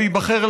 וייבחר,